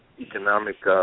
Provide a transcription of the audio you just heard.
economic